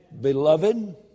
Beloved